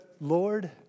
Lord